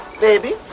Baby